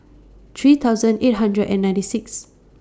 three thousand eight hundred and ninety Sixth